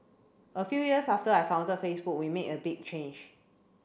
a few years after I founded Facebook we made a big change